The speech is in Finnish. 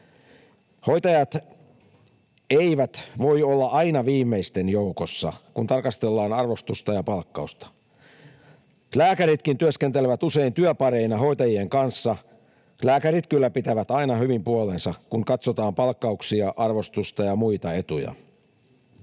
Hoitajat eivät voi olla aina viimeisten joukossa, kun tarkastellaan arvostusta ja palkkausta. Lääkäritkin työskentelevät usein työpareina hoitajien kanssa. Lääkärit kyllä pitävät aina hyvin puolensa, kun katsotaan palkkauksia, arvostusta ja muita etuja.